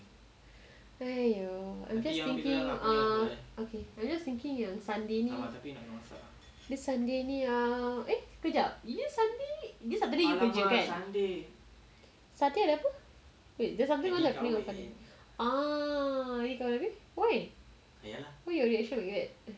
!aiyo! I'm just thinking uh okay I'm just thinking yang sunday ni this sunday ni eh kejap you sunday eh this saturday you kerja kan sunday ada apa wait there's something on happening on saturday orh eddie kahwin habis why why your reaction like that